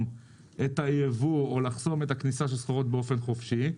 את הייבוא או לחסום את הכניסה של סחורות באופן חופשי?